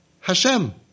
Hashem